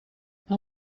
how